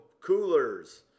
coolers